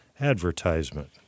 advertisement